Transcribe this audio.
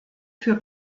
für